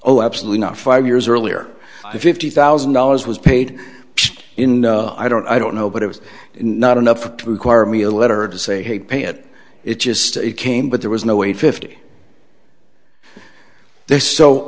oh absolutely not five years earlier the fifty thousand dollars was paid in i don't i don't know but it was not enough to require me a letter to say hey pay it it just came but there was no way fifty there so